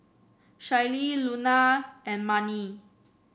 Shaylee Luna and Marni